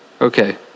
Okay